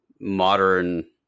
modern